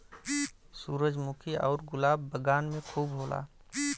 सूरजमुखी आउर गुलाब बगान में खूब होला